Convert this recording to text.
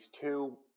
two